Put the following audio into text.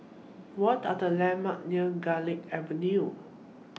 What Are The Landmark near Garlick Avenue